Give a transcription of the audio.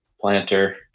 planter